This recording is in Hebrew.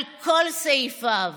על כל סעיפיו,